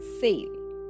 Sale